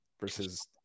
versus